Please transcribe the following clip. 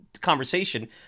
conversation